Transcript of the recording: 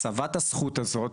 הסבת הזכות הזאת,